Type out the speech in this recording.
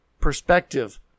perspective